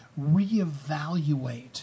reevaluate